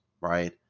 right